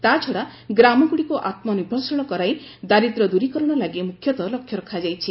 ତା'ଛଡା ଗ୍ରାମଗୁଡ଼ିକୁ ଆତ୍ମନିର୍ଭରଶୀଳ କରାଇ ଦାରିଦ୍ର୍ୟ ଦୂରୀକରଣ ଲାଗି ମୁଖ୍ୟତଃ ଲକ୍ଷ୍ୟ ରଖାଯାଇଛି